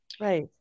Right